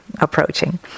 approaching